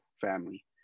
family